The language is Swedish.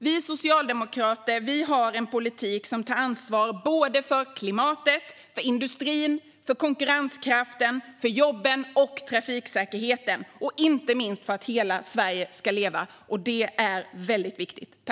Vi socialdemokrater har en politik som tar ansvar för klimatet, industrin, konkurrenskraften, jobben och trafiksäkerheten, och inte minst för att hela Sverige ska leva, och det är väldigt viktigt.